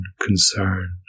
concern